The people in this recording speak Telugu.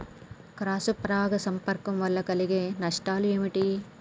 క్రాస్ పరాగ సంపర్కం వల్ల కలిగే నష్టాలు ఏమిటి?